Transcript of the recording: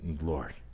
Lord